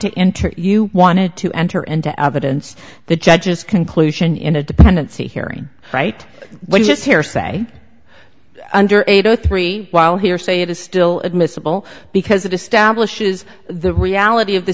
to enter you wanted to enter into evidence the judge's conclusion in a dependency hearing right but just hearsay under eight o three while hearsay it is still admissible because it establishes the reality of the